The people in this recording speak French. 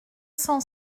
cent